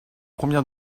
combien